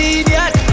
idiot